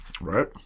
Right